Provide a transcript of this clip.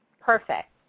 perfect